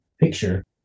picture